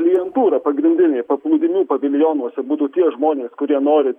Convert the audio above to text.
klientūra pagrindinė paplūdimių paviljonuose būtų tie žmonės kurie nori